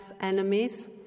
enemies